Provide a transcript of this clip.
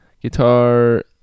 guitar